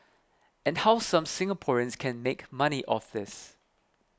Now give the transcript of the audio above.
and how some Singaporeans can make money off this